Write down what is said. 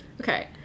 Okay